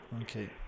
Okay